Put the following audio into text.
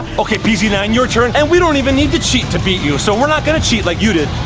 okay, p z nine, your turn and we don't even need to cheat to beat you so we're not gonna cheat like you did.